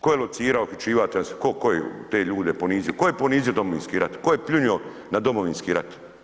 Ko je locirao, uhićivao, ko je te ljude ponizio, ko je ponizio Domovinski rat, ko je pljunuo na Domovinski rat?